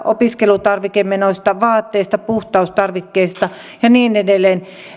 opiskelutarvikemenoista vaatteista puhtaustarvikkeista ja niin edelleen